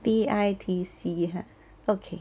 B_I_T_C !huh! okay